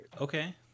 Okay